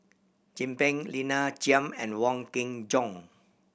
Chin Peng Lina Chiam and Wong Kin Jong